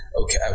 Okay